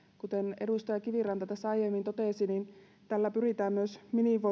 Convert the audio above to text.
kuten edustaja kiviranta tässä aiemmin totesi tällä pyritään myös